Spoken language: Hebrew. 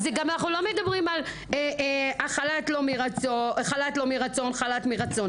אנחנו לא מדברים על חל"ת לא מרצון וחל"ת מרצון.